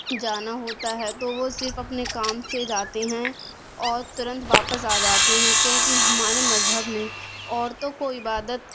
جانا ہوتا ہے تو وہ صرف اپنے کام سے جاتے ہیں اور ترنت واپس آ جاتے ہیں کیونکہ ہمارے مذہب میں عورتوں کو عبادت